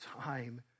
time